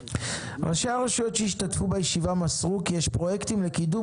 "ראשי הרשויות שהשתתפו בישיבה מסרו כי יש פרויקטים לקידום